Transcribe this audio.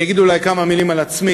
אני אגיד אולי כמה מילים על עצמי,